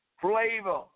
flavor